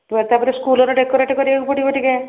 ତା'ପରେ ସ୍କୁଲରେ ଡେକୋରେଟ୍ କରିବାକୁ ପଡ଼ିବ ଟିକେ